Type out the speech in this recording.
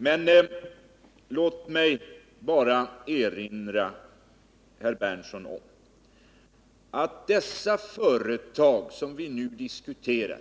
Men jag vill erinra herr Berndtson om att de företag vi nu diskuterar